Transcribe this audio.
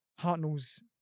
hartnell's